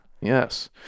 Yes